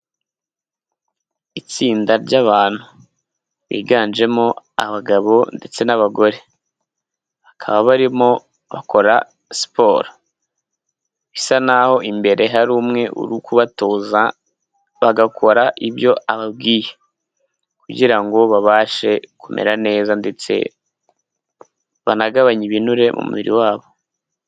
Itsinda ry'abantu biganjemo abagabo ndetse n'abagore bakaba barimo bakora siporo, isa naho imbere hari umwe uri kubatoza bagakora ibyo ababwiye kugira ngo babashe kumera neza ndetse banagabanye ibinure mu mubiri wabo.